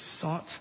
sought